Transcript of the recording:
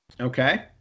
Okay